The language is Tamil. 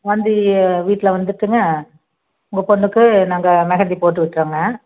வந்து வீட்டில் வந்துவிட்டுங்க உங்கள் பொண்ணுக்கு நாங்கள் மெஹந்தி போட்டு விட்டுடுறோங்க